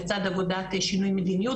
לצד עבודת שינויי מדיניות,